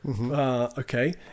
okay